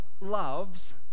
loves